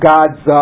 God's